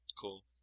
Cool